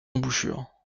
embouchure